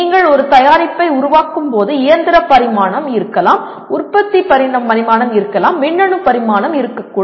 நீங்கள் ஒரு தயாரிப்பை உருவாக்கும் போது இயந்திர பரிமாணம் இருக்கலாம் உற்பத்தி பரிமாணம் இருக்கலாம் மின்னணு பரிமாணம் இருக்கக்கூடும்